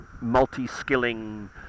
multi-skilling